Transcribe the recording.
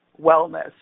wellness